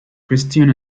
christian